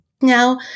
now